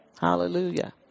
Hallelujah